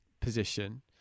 position